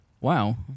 Wow